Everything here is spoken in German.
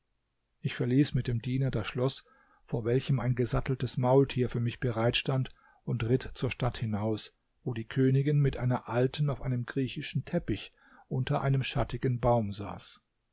ich verließ mit dem diener das schloß vor welchem ein gesatteltes maultier für mich bereit stand und ritt zur stadt hinaus wo die königin mit einer alten auf einem griechischen teppich unter einem schattigen baum saß